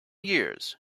years